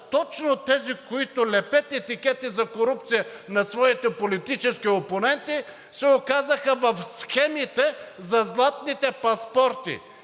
точно тези, които лепят етикети за корупция на своите политически опоненти, се оказаха в схемите за златните паспорти